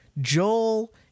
Joel